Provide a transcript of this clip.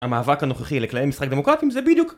המאבק הנוכחי לכללי משחק דמוקרטיים זה בדיוק